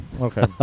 okay